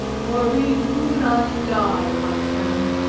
for we do not die like them.